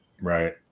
Right